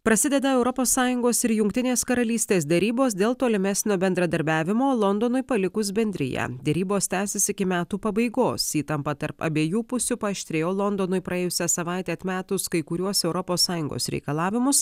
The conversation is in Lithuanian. prasideda europos sąjungos ir jungtinės karalystės derybos dėl tolimesnio bendradarbiavimo londonui palikus bendriją derybos tęsis iki metų pabaigos įtampa tarp abiejų pusių paaštrėjo londonui praėjusią savaitę atmetus kai kuriuos europos sąjungos reikalavimus